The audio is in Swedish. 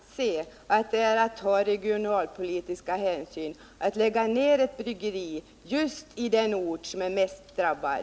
Herr talman! Jag kan inte anse att det är att ta regionalpolitiska hänsyn när man lägger ned ett bryggeri just i den ort som är mest drabbad.